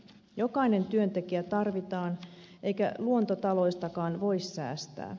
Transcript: jokainen työntekijä tarvitaan eikä luontotaloistakaan voi säästää